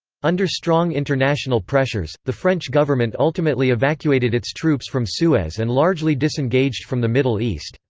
under strong international pressures, the french government ultimately evacuated its troops from suez and largely disengaged from the middle east.